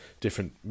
different